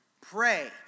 pray